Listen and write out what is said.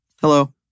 Hello